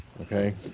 okay